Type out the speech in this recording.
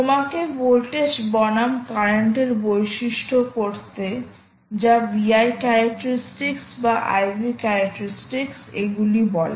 তোমাকে ভোল্টেজ বনাম কারেন্টের বৈশিষ্ট্য করতে যা VI ক্যারেক্টারিসটিক্স বা IV ক্যারেক্টারিসটিক্স এগুলি বলে